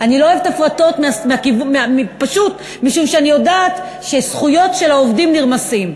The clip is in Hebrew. אני לא אוהבת הפרטות פשוט משום שאני יודעת שזכויות של העובדים נרמסות.